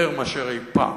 הרבה יותר מאשר אי-פעם.